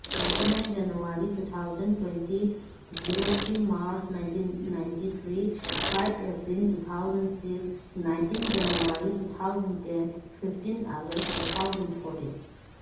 twenty nine January two thousand twenty zero three March nineteen ninety three March April two thousand six nineteen January two thousand ten fifteen August two thousand fourteen